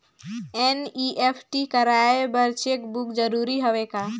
NEFT कराय बर cheque book जरूरी हवय का?